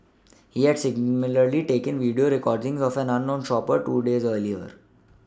he had similarly taken video recordings of an unknown shopper two days earlier